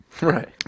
Right